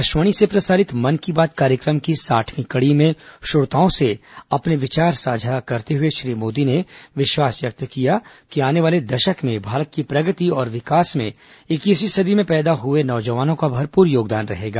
आकाशवाणी से प्रसारित मन की बात कार्यक्रम की साठवी कड़ी में श्रोताओं से अपने विचार साझा करते हए श्री मोदी ने विश्वास व्यक्त किया कि आने वाले दशक में भारत की प्रगति और विकास में इक्कीसवीं सदी में र्पैदा हुए नौजवानों का भरपूर योगदान रहेगा